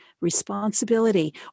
responsibility